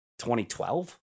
2012